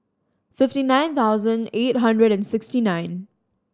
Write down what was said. fifty nine thousand eight hundred and sixty nine